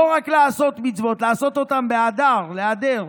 לא רק לעשות מצוות, לעשות אותן בהדר, להדר.